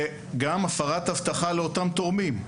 וגם הפרת הבטחה לאותם תורמים.